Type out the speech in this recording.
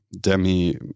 Demi